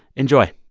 enjoy